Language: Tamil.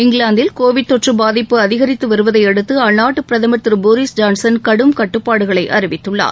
இங்கிலாந்தில் கோவிட் தொற்று பாதிப்பு அதிகரித்து வருவதையடுத்து அந்நாட்டுப் பிரதமர் திரு போரீஸ் ஜான்சன் கடும் கட்டுப்பாடுகளை அறிவித்துள்ளார்